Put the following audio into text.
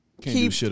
keep